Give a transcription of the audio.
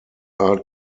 are